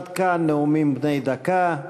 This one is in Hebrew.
עד כאן נאומים בני דקה.